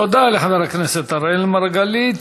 תודה לחבר הכנסת אראל מרגלית.